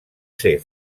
ser